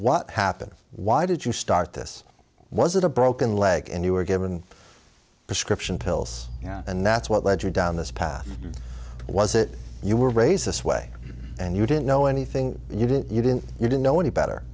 what happened why did you start this was it a broken leg and you were given prescription pills and that's what led you down this path was it you were raised this way and you didn't know anything you didn't you didn't you didn't know any